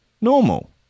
normal